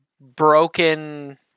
broken